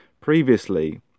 previously